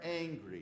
angry